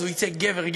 אז הוא יצא גבר-גבר.